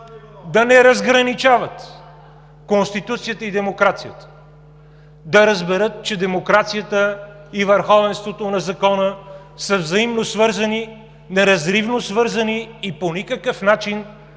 да не разграничават Конституцията и демокрацията! Да разберат, че демокрацията и върховенството на закона са взаимно, неразривно свързани и по никакъв начин